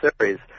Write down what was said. Series